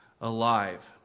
alive